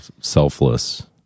selfless